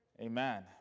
amen